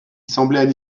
semblaient